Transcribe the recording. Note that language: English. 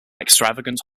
extravagant